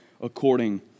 according